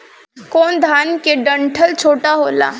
कौन धान के डंठल छोटा होला?